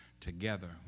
together